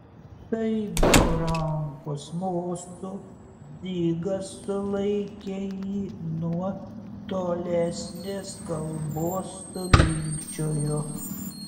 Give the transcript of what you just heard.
staigiu rankos mostu dzigas sulaikė jį nuo tolesnės kalbos sulinkčiojo